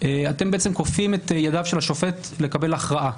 אתם בעצם כופים את ידיו של השופט לקבל הכרעה.